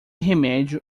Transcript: remédio